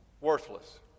worthless